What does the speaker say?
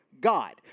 God